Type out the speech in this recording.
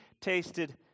tasted